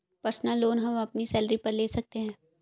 personal loan हम अपनी salary पर ले सकते है